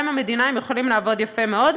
עם המדינה הם יכולים לעבוד יפה מאוד.